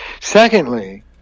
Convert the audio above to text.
Secondly